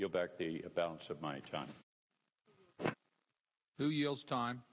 go back to the palace of my time who yells time